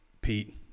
Pete